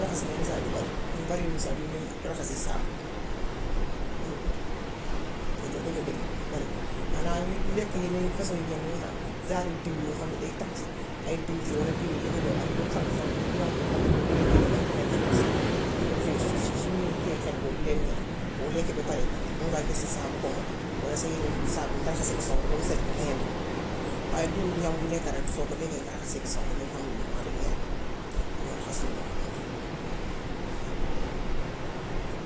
Raxas yi yenn saa yi du bare, ñun bariwuñ sax lu ñuy raxase saabu, bariwut de. Dëgg-dëgg bariwut de xanaa lekk yi yenn façon nam yi nga xam ne genre u diw yoo xam ne day taq, ay diwtiir walla diw yi di gudda ak yoo xam ne sax ñam boo xam ni boo lekkee dafay joxe xet, su ko defee su su su ñu kii yee xet boobu du leen neex. Boo lekkee ba pare, mun nga jël sa saabu omo walla sa yeneen saabu raxase ko sa loxo ba mu set nga layandi ko waaye duhut ñam wu nekka rekk soo ko lekkee nga raxase ko sa loxo. Ñun xamuñ loolu wax dëgg yàlla dañoo raxas suñu loxo noon rekk.